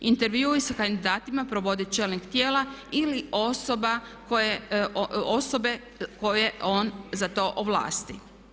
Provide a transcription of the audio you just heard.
Intervju sa kandidatima provodi čelnik tijela ili osobe koje on za to ovlasti.